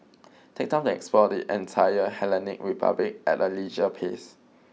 take time to explore the entire Hellenic Republic at a leisure pace